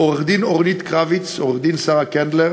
עורכת-הדין אורנית קרביץ, עורכת-הדין שרה קנדלר